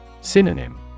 Synonym